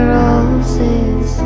roses